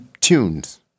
tunes